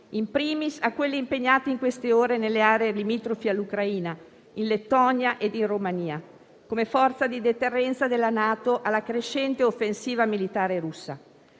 *in primis* a chi è impegnato in queste ore nelle aree limitrofe all'Ucraina, in Lettonia e Romania, come forza di deterrenza della NATO alla crescente offensiva militare russa;